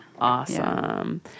awesome